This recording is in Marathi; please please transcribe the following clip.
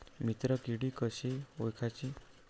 मित्र किडी कशी ओळखाची?